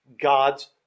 God's